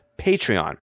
Patreon